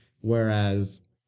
whereas